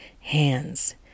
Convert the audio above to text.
hands